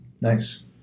Nice